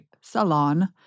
salon